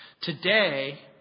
Today